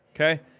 Okay